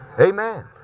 Amen